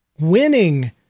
winning